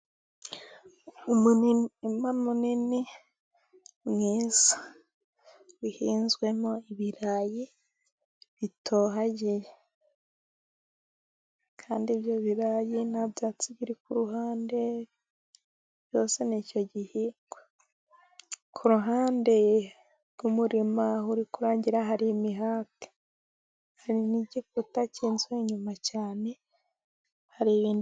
Umurima munini mwiza uhinzwemo ibirayi bitohagiye, Kandi ibyo birayi nta byatsi biri ku ruhande, byose ni icyo gihingwa. Ku ruhande rw'umurima aho uri kurangira hari imihati. Hari n'igiputa cy'inzu inyuma cyane, hari ibindi.